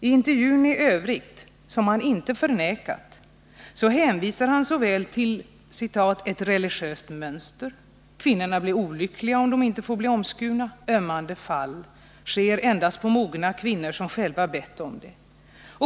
I intervjun i övrigt, som han inte förnekar, hänvisar han till ”ett religiöst mönster ——— kvinnorna blir olyckliga om de inte får bli omskurna —--- ömmande fall ——— sker endast på mogna kvinnor som själva bett om det”.